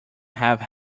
have